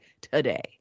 today